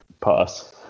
Pass